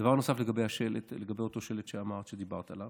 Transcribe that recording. דבר נוסף לגבי השלט, לגבי אותו שלט שדיברת עליו,